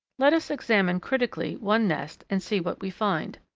let us examine critically one nest and see what we find.